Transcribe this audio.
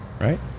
right